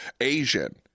Asian